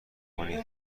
کنی